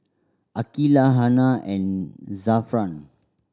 Aqeelah Hana and Zafran